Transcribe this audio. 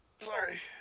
Sorry